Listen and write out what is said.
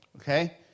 Okay